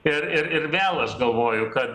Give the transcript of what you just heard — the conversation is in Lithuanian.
ir ir ir vėl aš galvoju kad